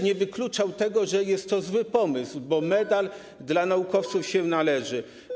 Nie wykluczał tego, że jest to zły pomysł, bo medal naukowcom się należy.